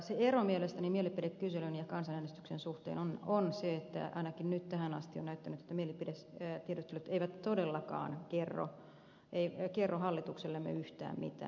se ero mielestäni mielipidekyselyn ja kansanäänestyksen suhteen on se että ainakin nyt tähän asti on näyttänyt että mielipidetiedustelut eivät todellakaan kerro hallituksellemme yhtään mitään